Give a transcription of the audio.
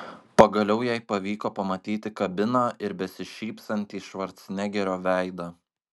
pagaliau jai pavyko pamatyti kabiną ir besišypsantį švarcnegerio veidą